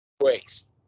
Waste